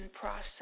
process